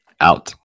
Out